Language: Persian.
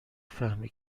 فهمی